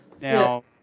now